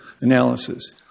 analysis